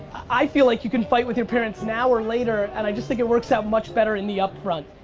i feel like you can fight with your parents now or later, and i just think it works out much better in the upfront.